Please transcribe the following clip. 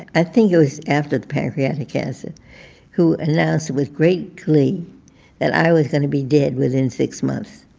i think it was after the pancreatic cancer who announced with great glee that i was going to be dead within six months.